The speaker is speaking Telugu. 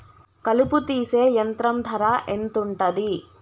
కలుపు తీసే యంత్రం ధర ఎంతుటది?